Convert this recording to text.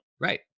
Right